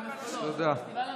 אני שמח על השיתוף.